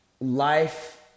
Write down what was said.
life